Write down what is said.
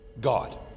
God